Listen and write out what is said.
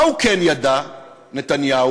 מה הוא כן ידע, נתניהו?